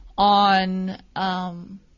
on